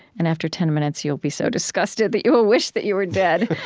and after ten minutes you'll be so disgusted that you will wish that you were dead.